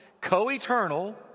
co-eternal